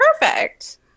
perfect